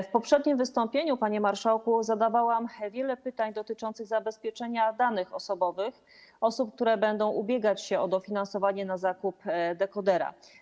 W poprzednim wystąpieniu, panie marszałku, zadawałam wiele pytań dotyczących zabezpieczenia danych osobowych osób, które będą ubiegać się o dofinansowanie na zakup dekodera.